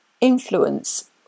influence